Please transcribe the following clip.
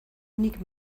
nik